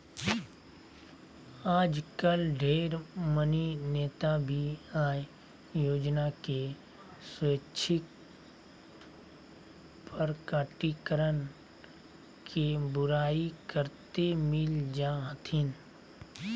आजकल ढेर मनी नेता भी आय योजना के स्वैच्छिक प्रकटीकरण के बुराई करते मिल जा हथिन